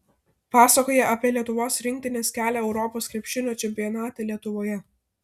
pasakoja apie lietuvos rinktinės kelią europos krepšinio čempionate lietuvoje